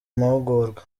mahugurwa